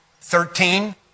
Thirteen